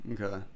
Okay